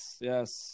yes